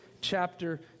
chapter